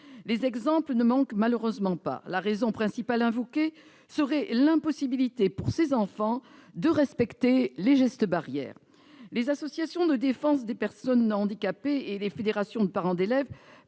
Les exemples ne manquent malheureusement pas. La raison principale invoquée serait l'impossibilité, pour ces enfants, de respecter les gestes barrières. Les associations de défense des personnes handicapées et les fédérations de parents d'élèves